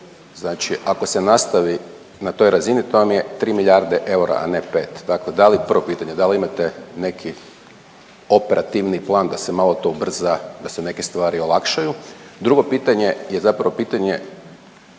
Znači, ako se nastavi na toj razini to vam je tri milijarde eura, a ne pet. Dakle, da li prvo pitanje, da li imate neki operativni plan da se malo to ubrza, da se neke stvari olakšaju. Drugo pitanje je zapravo pitanje